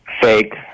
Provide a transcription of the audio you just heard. Fake